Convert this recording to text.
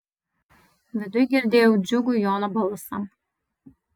viduj girdėjau džiugų jono balsą